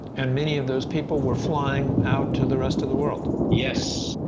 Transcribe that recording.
and many of those people were flying out to the rest of the world. yes,